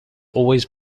always